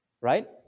right